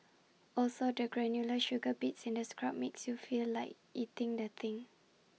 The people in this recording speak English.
also the granular sugar bits in the scrub makes you feel like eating the thing